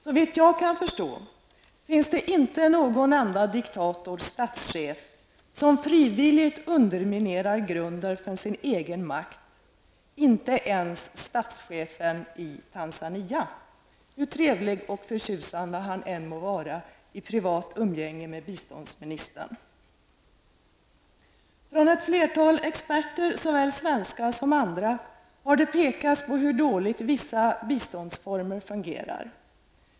Såvitt jag kan förstå finns det inte någon enda diktator eller statschef som frivilligt underminerar grunden för sin egen makt. Inte ens statschefen i Tanzania, hur trevlig och förtjusande han än må vara i privat umgänge med biståndsministern. Ett flertal experter, såväl svenskar som andra, har pekat på hur dåligt vissa biståndsformer fungerar.